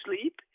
sleep